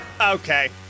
Okay